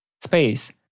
space